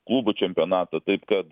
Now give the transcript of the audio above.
klubų čempionatą taip kad